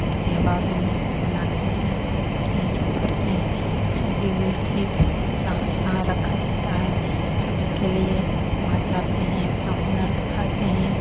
और त्यौहारों में मनाते हैं यही सब करते हैं सभी मिल के जहाँ जहाँ रखा जाता है सभी के लिए वहाँ जाते हैं अपना हुनर दिखाते हैं